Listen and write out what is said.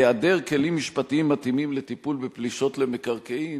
היעדר כלים משפטיים מתאימים לטיפול בפלישות למקרקעין,